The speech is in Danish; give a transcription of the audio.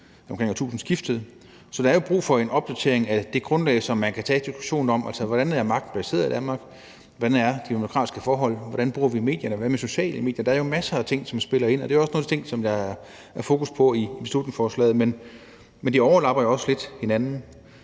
omkring årtusindskiftet, så der er brug for en opdatering af det grundlag, så man kan tage diskussionen om, hvordan magt er placeret i Danmark. Hvordan er de demokratiske forhold, hvordan bruger vi medierne, hvad med sociale medier? Der er masser af ting, som spiller ind, og det er jo også nogle af de ting, som der er fokus på i beslutningsforslaget. Men de overlapper også lidt hinanden.